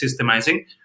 systemizing